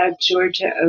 Georgia